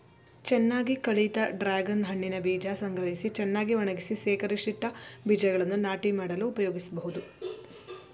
ಚೆನ್ನಾಗಿ ಕಳಿತ ಡ್ರಾಗನ್ ಹಣ್ಣಿನ ಬೀಜ ಸಂಗ್ರಹಿಸಿ ಚೆನ್ನಾಗಿ ಒಣಗಿಸಿ ಶೇಖರಿಸಿಟ್ಟ ಬೀಜಗಳನ್ನು ನಾಟಿ ಮಾಡಲು ಉಪಯೋಗಿಸ್ಬೋದು